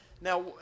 Now